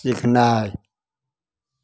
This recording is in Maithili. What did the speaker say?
सीखनाइ